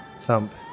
Thump